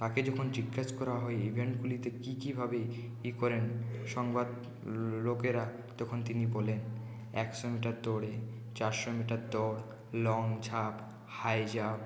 তাকে যখন জিজ্ঞেস করা হয় ইভেন্টগুলিতে কী কী ভাবে কী করেন সংবাদ লোকেরা তখন তিনি বলেন একশো মিটার দৌঁড়ে চারশো মিটার দৌঁড় লং ঝাঁপ হাইজাম্প